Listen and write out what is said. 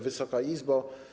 Wysoka Izbo!